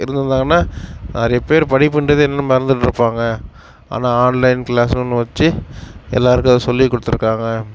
இருந்துருந்தாங்கன்னா நிறைய பேர் படிப்புன்றதயே என்னென்னு மறந்துட்டு இருப்பாங்க ஆனால் ஆன்லைன் கிளாஸூன்னு ஒன்று வச்சு எல்லோருக்கும் அதை சொல்லிக் கொடுத்திருக்காங்கள்